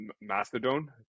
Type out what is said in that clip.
Mastodon